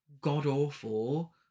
god-awful